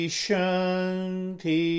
shanti